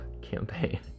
campaign